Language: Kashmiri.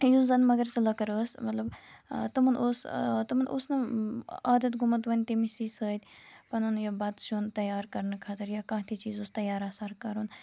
یُس زَن مگر سُہ لٔکٕر ٲس مطلب تِمَن اوس تِمَن اوس نہٕ عادت گومُت وۄنۍ تٔمسٕے سۭتۍ پَنُن یہِ بَتہٕ سِیُن تیار کَرنہٕ خٲطرٕ یا کانٛہہ تہِ چیز اوس تیار آسان کَرُن